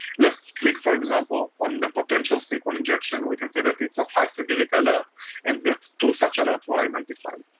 let's click, for example, on the potential sql injection. we can see that it's of high-severity alert and that two such alerts were identified.